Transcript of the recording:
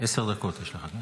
עשר דקות יש לך.